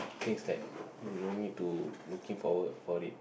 things that you don't need to looking forward for it